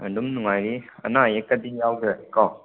ꯑꯗꯨꯝ ꯅꯨꯡꯉꯥꯏꯔꯤ ꯑꯅꯥ ꯑꯌꯦꯛꯀꯗꯤ ꯌꯥꯎꯗ꯭ꯔꯦꯀꯣ